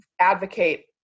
advocate